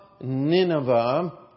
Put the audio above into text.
Nineveh